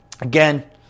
Again